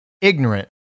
ignorant